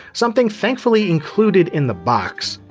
something thankfully included in the box.